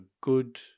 good